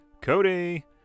Cody